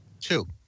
Two